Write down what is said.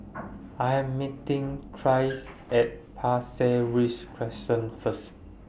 I Am meeting Tyrek At Pasir Ris Crest First